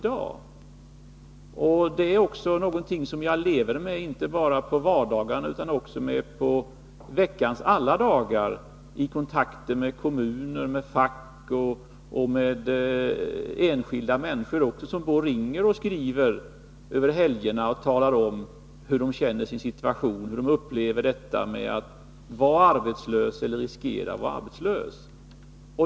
Det är också någonting som jag lever med inte bara på vardagarna utan under veckans alla dagar i kontakter med kommuner, med fack och med enskilda människor, som skriver och ringer under helgerna och talar om sin situation och hur de upplever att vara arbetslös och att riskera att bli arbetslös.